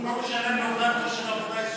הוא לא משלם אובדן כושר עבודה עיסוקי?